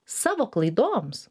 savo klaidoms